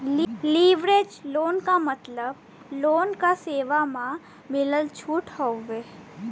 leverage loan क मतलब loan क सेवा म मिलल छूट हउवे